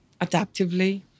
adaptively